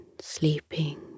sleeping